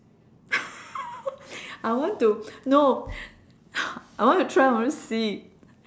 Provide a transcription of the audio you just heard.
I want to no I want to try but then see